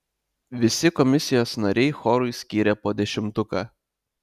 visi komisijos nariai chorui skyrė po dešimtuką